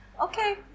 okay